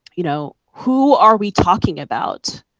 you know, who are we talking about?